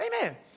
Amen